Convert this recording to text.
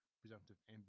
presumptive